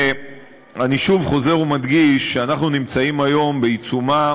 אני שוב חוזר ומדגיש שאנחנו נמצאים היום בעיצומה